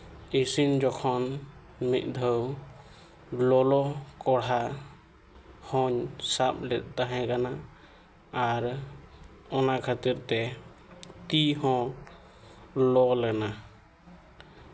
ᱤᱥᱤᱱ ᱡᱚᱠᱷᱚᱱ ᱢᱤᱫ ᱫᱷᱟᱹᱣ ᱞᱚᱞᱚ ᱠᱚᱲᱦᱟ ᱠᱷᱚᱱ ᱥᱟᱵ ᱞᱮᱠ ᱞᱟᱹᱠᱛᱤ ᱠᱟᱱᱟ ᱟᱨ ᱚᱱᱟ ᱠᱷᱟᱹᱛᱤᱨ ᱛᱮ ᱛᱤ ᱦᱚᱸ ᱞᱚ ᱞᱮᱱᱟ